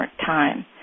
time